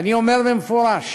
אני אומר במפורש: